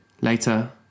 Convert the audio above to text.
Later